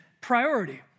priority